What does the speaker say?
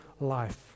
life